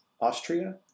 Austria